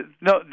no